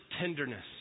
tenderness